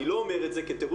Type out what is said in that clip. אני לא אומר את זה כתירוץ.